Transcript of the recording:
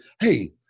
hey